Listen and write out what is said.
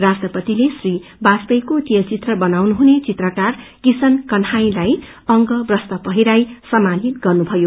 राष्ट्रपतिले श्री बाजपेयीको तेलघित्र बनाउन हुने चित्रकार किशन कन्हाईलाई अंग्रवस्त्र पहिर्याई सम्मानित गरियो